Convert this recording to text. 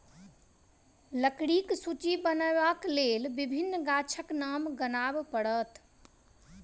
लकड़ीक सूची बनयबाक लेल विभिन्न गाछक नाम गनाब पड़त